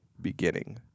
beginning